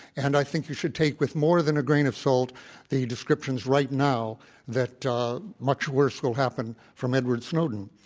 and i think you should take with more than a grain of salt the descriptions right now that much worse will happen from edward snowden,